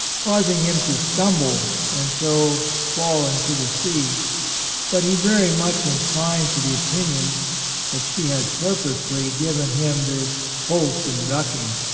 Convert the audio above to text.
causing him to stumble and so fall into the sea but he very much inclined to the opinion that she had purposely given him this wholesome ducking.